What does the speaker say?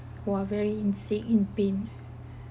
!wah! very insane in pain